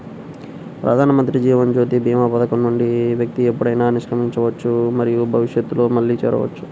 ప్రధానమంత్రి జీవన్ జ్యోతి భీమా పథకం నుండి వ్యక్తి ఎప్పుడైనా నిష్క్రమించవచ్చు మరియు భవిష్యత్తులో మళ్లీ చేరవచ్చు